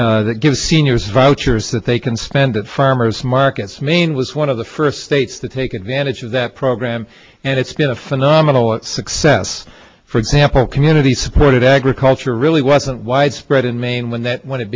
bill give seniors vouchers that they can spend farmers markets mean was one of the first states to take advantage of that program and it's been a phenomenal success for example community supported agriculture really wasn't widespread in maine when that when it